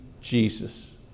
Jesus